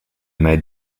made